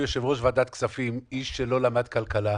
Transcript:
שיושב-ראש ועדת כספים, איש שלא למד כלכלה,